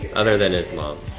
other than his mom.